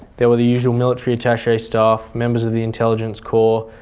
there were the usual military attache staff, members of the intelligence corps,